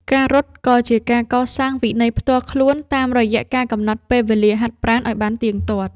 ការរត់ ក៏ជាការកសាងវិន័យផ្ទាល់ខ្លួនតាមរយៈការកំណត់ពេលវេលាហាត់ប្រាណឱ្យបានទៀងទាត់។